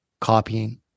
copying